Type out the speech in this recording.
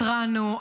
התרענו,